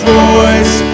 voice